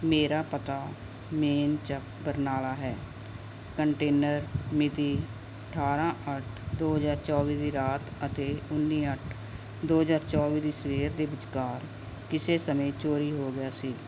ਮੇਰਾ ਪਤਾ ਮੇਨ ਚੌਂਕ ਬਰਨਾਲਾ ਹੈ ਕੰਟੇਨਰ ਮਿਤੀ ਅਠਾਰ੍ਹਾਂ ਅੱਠ ਦੋ ਹਜ਼ਾਰ ਚੌਵੀ ਦੀ ਰਾਤ ਅਤੇ ਉੱਨੀ ਅੱਠ ਦੋ ਹਜ਼ਾਰ ਚੌਵੀ ਦੀ ਸਵੇਰ ਦੇ ਵਿਚਕਾਰ ਕਿਸੇ ਸਮੇਂ ਚੋਰੀ ਹੋ ਗਿਆ ਸੀ